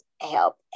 help